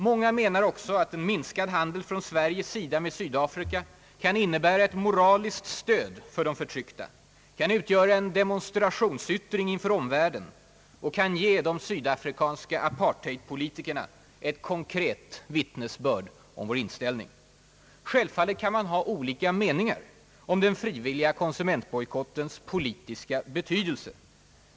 Många menar också att en minskad handel från Sveriges sida med Sydafrika kan innebära ett moraliskt stöd för de förtryckta, kan utgöra en demonstrationsyttring inför omvärlden och kan ge de sydafrikanska apartheidpolitikerna ett konkret vittnesbörd om vår inställning. Självfallet kan det råda olika meningar om den frivilliga konsumentbojkotiens politiska betydelse.